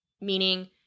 meaning-